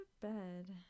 bed